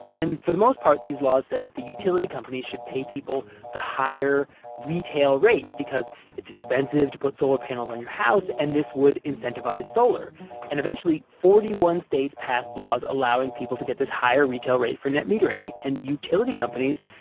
and for the most part, these laws said that the utility companies should pay people the higher retail rate because it's expensive to put solar panels on your house and this would incentivize solar and eventually forty one states passed laws allowing people to get this higher retail rate for net metering and utility companies,